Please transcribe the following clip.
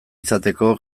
izateko